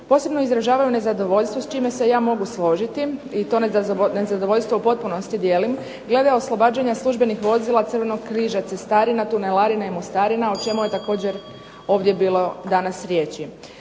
Posebno izražavaju nezadovoljstvo, s čime se ja mogu složiti i to nezadovoljstvo u potpunosti dijelim, glede oslobađanja službenih vozila Crvenog križa cestarina, tunelarina i mostarina o čemu je također ovdje bilo danas riječi.